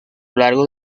largo